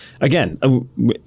again